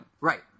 Right